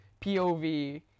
POV